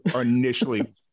initially